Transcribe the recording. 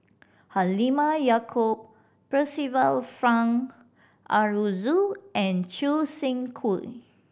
Halimah Yacob Percival Frank Aroozoo and Choo Seng Quee